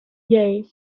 jay